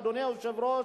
אדוני היושב-ראש,